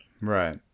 Right